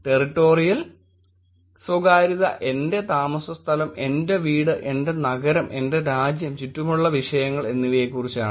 territorial സ്വകാര്യത എന്റെ താമസസ്ഥലം എന്റെ വീട് എന്റെ നഗരം എന്റെ രാജ്യം ചുറ്റുമുള്ള വിഷയങ്ങൾ എന്നിവയെക്കുറിച്ചാണ്